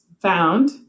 found